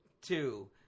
two